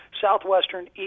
southwestern